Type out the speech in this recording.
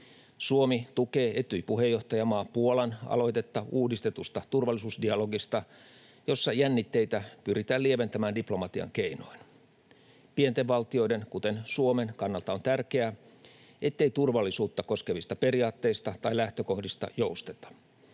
Suomi tukee Etyj-puheenjohtajamaa Puolan aloitetta uudistetusta turvallisuusdialogista, jossa jännitteitä pyritään lieventämään diplomatian keinoin. Pienten valtioiden, kuten Suomen, kannalta on tärkeää, ettei turvallisuutta koskevista periaatteista tai lähtökohdista jousteta.